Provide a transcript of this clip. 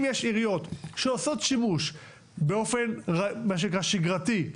יש עיריות שעושות שימוש באופן שגרתי,